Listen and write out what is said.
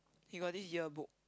he got this year book